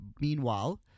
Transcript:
Meanwhile